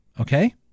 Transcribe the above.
Okay